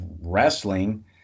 wrestling